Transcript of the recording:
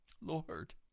Lord